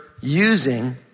using